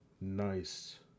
Nice